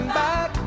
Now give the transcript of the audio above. back